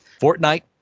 Fortnite